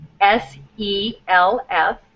S-E-L-F